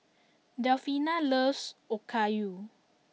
Delfina loves Okayu